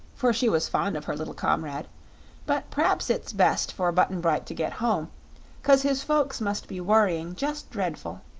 for she was fond of her little comrade but p'raps it's best for button-bright to get home cause his folks must be worrying just dreadful.